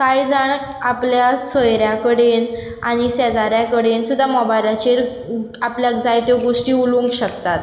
कांय जाण आपल्या सोयऱ्यां कडेन आनी शेजाऱ्यां कडेन सुद्दां मॉबायलाचेर आपल्याक जाय त्यो गोश्टी उलोवंक शकतात